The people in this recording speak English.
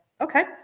Okay